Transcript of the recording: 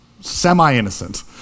semi-innocent